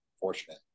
fortunate